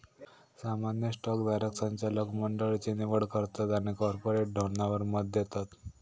सामान्य स्टॉक धारक संचालक मंडळची निवड करतत आणि कॉर्पोरेट धोरणावर मत देतत